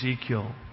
Ezekiel